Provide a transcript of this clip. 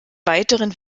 weiteren